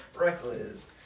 reckless